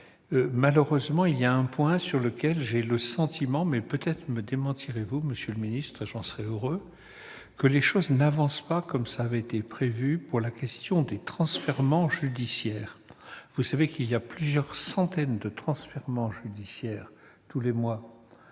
Malheureusement, il y a un point sur lequel j'ai le sentiment- peut-être me démentirez-vous, et j'en serai heureux, monsieur le secrétaire d'État -que les choses n'avancent pas comme cela avait été prévu pour la question des transfèrements judiciaires. Vous le savez, il y a plusieurs centaines de transfèrements judiciaires tous les mois,